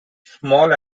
small